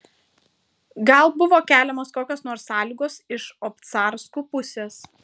gal buvo keliamos kokios nors sąlygos iš obcarskų pusės